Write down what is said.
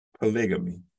polygamy